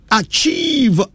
achieve